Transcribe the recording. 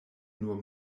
nur